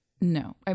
No